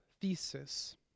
thesis